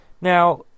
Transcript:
Now